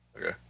Okay